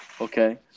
okay